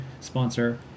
sponsor